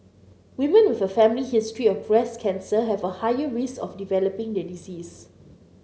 women with a family history of breast cancer have a higher risk of developing the disease